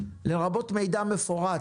לרבות מידע מפורט